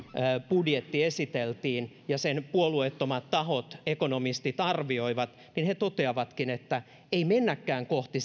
budjetti esiteltiin ja puolueettomat tahot ekonomistit sen arvioivat niin he toteavatkin että ei mennäkään kohti